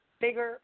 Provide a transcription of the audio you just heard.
bigger